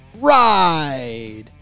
ride